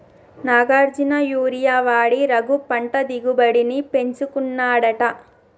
Nagarjuna urea వాడి రఘు పంట దిగుబడిని పెంచుకున్నాడట